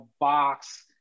Box